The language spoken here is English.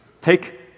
Take